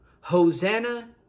Hosanna